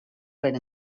per